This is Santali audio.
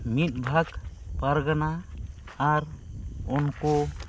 ᱢᱤᱫ ᱵᱷᱟᱜᱽ ᱯᱟᱨᱜᱟᱱᱟ ᱟᱨ ᱩᱱᱠᱩ